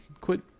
Quit